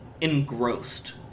engrossed